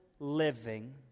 living